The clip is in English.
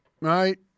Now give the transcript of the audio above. right